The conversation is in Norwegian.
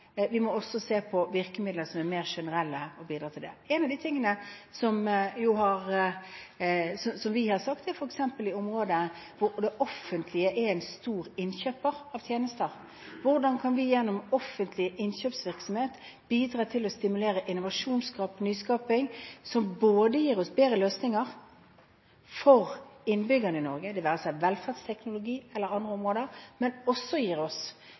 Vi må også se på virkemidler som er mer generelle, og bidra til det. En av de tingene som vi har sagt, f.eks. på områder hvor det offentlige er en stor innkjøper av tjenester, er: Hvordan kan vi gjennom offentlig innkjøpsvirksomhet bidra til å stimulere innovasjon og nyskaping som gir oss bedre løsninger for innbyggerne i Norge, det være seg velferdsteknologi eller på andre områder, men som også gir oss